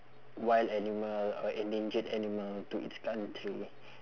wild animal or endangered animal to its country